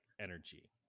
energy